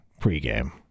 pregame